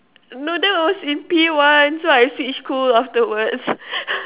no that was in P one so I switched school afterwards